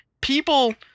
people